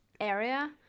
area